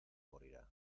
morirá